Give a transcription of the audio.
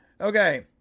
Okay